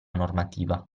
normativa